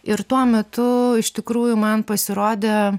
ir tuo metu iš tikrųjų man pasirodė